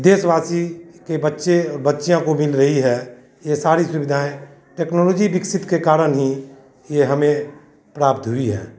देशवासी के बच्चे और बच्चियाँ को मिल रही है यह सारी सुविधाएँ टेक्नोलॉजी विकसित के कारण ही यह हमें प्राप्त हुई है